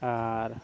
ᱟᱨ